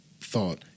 thought